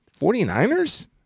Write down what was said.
49ers